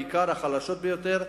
בעיקר החלשים ביותר,